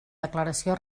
declaració